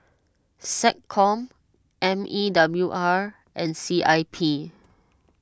SecCom M E W R and C I P